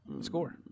score